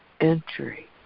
entry